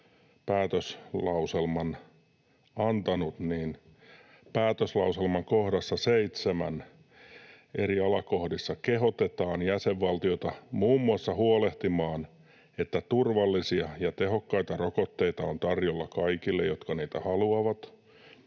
päätöslauselman antanut. ”Päätöslauselman kohdassa 7 eri alakohdissa kehotetaan jäsenvaltioita muun muassa huolehtimaan, että turvallisia ja tehokkaita rokotteita on tarjolla kaikille, jotka niitä haluavat,